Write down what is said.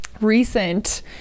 recent